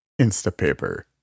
Instapaper